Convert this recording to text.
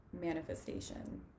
manifestation